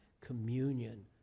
communion